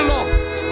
Lord